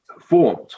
formed